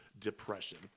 depression